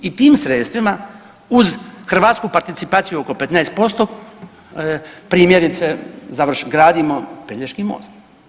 I tim sredstvima uz Hrvatsku participaciju oko 15% primjerice gradimo Pelješki most.